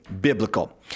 biblical